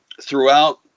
throughout